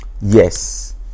yes